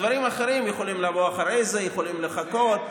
הדברים האחרים יכולים לבוא אחרי זה, יכולים לחכות.